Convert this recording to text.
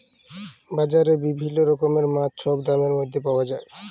বাজারে বিভিল্ল্য রকমের মাছ ছব দামের ম্যধে পাউয়া যায়